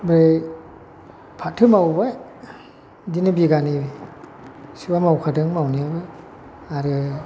ओमफ्राय फाथो मावबाय बिदिनो बिगानै सोल' मावखादों मावनायाबो आरो